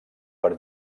per